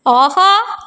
ஆஹா